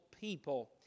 people